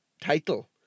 title